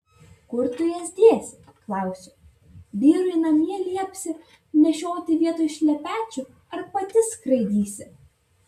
kur tu jas dėsi klausiu vyrui namie liepsi nešioti vietoj šlepečių ar pati skraidysi